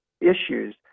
issues